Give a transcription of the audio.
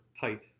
tight